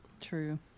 true